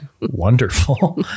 wonderful